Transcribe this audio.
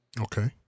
Okay